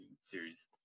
series